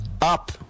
up